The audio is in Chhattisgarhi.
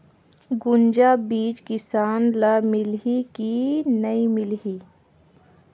गुनजा बिजा किसान ल मिलही की नी मिलही?